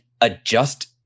adjust